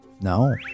No